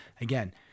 again